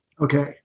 Okay